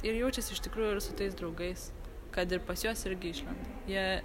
ir jaučiasi iš tikrųjų ir su tais draugais kad ir pas juos irgi išlenda jie